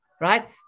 right